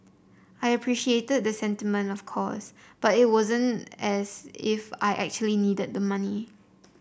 I appreciated the sentiment of course but it wasn't as if I actually needed the money